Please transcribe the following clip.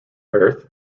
earth